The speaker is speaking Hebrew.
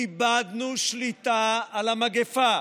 איבדנו שליטה על המגפה,